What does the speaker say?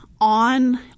on